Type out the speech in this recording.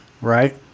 right